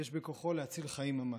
כי יש בכוחו להציל חיים ממש.